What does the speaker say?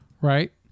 right